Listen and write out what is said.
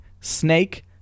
snake